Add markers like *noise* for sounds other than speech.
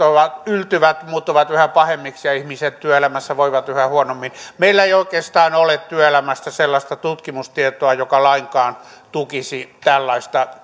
yltyvät muuttuvat yhä pahemmiksi ja ihmiset työelämässä voivat yhä huonommin meillä ei oikeastaan ole työelämästä sellaista tutkimustietoa joka lainkaan tukisi tällaista *unintelligible*